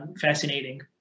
fascinating